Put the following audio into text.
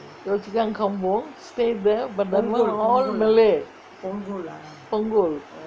yio chu kang kampung stay there but the people all malay போங்கே:pongae